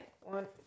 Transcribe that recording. One